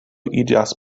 iĝas